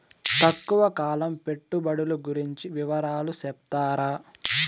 తక్కువ కాలం పెట్టుబడులు గురించి వివరాలు సెప్తారా?